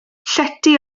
llety